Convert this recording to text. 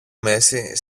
μέση